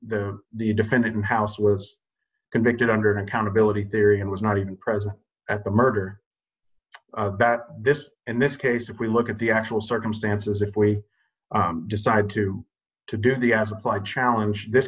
the the defendant house was convicted under accountability theory and was not even present at the murder that this and this case if we look at the actual circumstances if we decide to to do the as applied challenge this